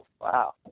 Wow